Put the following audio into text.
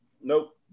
Nope